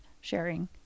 sharing